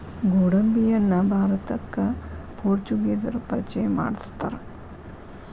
ಗೋಡಂಬಿಯನ್ನಾ ಭಾರತಕ್ಕ ಪೋರ್ಚುಗೇಸರು ಪರಿಚಯ ಮಾಡ್ಸತಾರ